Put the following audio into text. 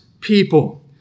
people